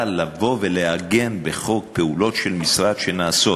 אבל לבוא ולעגן בחוק פעולות של משרד שנעשות,